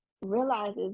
Realizes